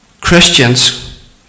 Christians